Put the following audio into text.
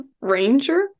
Ranger